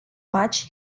much